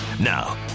Now